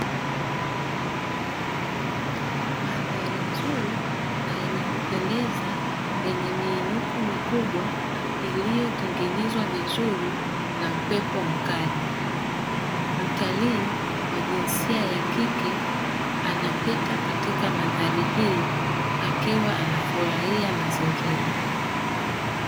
Mandhari nzuri na yenye kupendeza yenye miinuko mikubwa iliyotengenezwa vizuri na upepo mkali, mtalii wa jinsia ya kike anapita katika mandhari hii akiwa anafurahia mazingira.